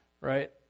right